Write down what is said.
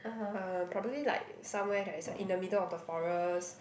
uh probably like somewhere that is like in the middle of the forest